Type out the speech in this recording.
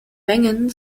mengen